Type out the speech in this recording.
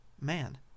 man